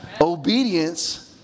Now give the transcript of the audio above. Obedience